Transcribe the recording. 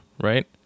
right